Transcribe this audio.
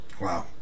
Wow